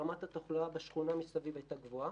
כשרמת התחלואה בשכונה מסביב הייתה גבוהה,